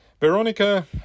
veronica